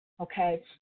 okay